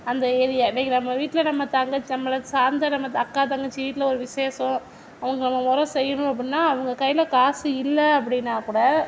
அந்த ஏரியா இன்னைக்கு நம்ப வீட்டில் நம்ம தங்கச்சி நம்மளை சார்ந்த நம்ம அக்கா தங்கச்சி வீட்டில் ஒரு விசேஷம் அவங்க அந்த மொறை செய்யணும் அப்படின்னா அவங்க கையில் காசு இல்லை அப்படினாக்கூட